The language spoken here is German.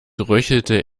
röchelte